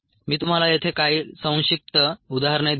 मी तुम्हाला येथे काही संक्षिप्त उदाहरणे देईन